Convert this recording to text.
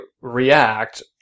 react